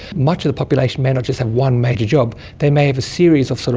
much of the population may not just have one major job, they may have a series of,